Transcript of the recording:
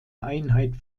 einheit